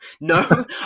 no